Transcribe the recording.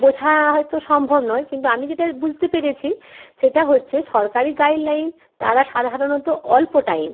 বোঝা হয়তো সম্ভব নয় কিন্তু আমি যেটা বুঝতে পেরেছি সেটা হচ্ছে সরকারি গাইডলাইন তারা সাধারণত অল্প টাইম